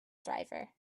driver